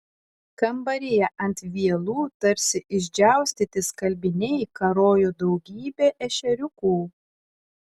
kambaryje ant vielų tarsi išdžiaustyti skalbiniai karojo daugybė ešeriukų